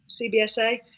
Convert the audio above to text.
CBSA